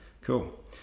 cool